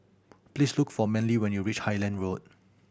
please look for Manly when you reach Highland Road